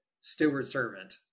steward-servant